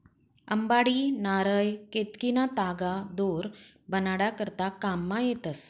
अंबाडी, नारय, केतकीना तागा दोर बनाडा करता काममा येतस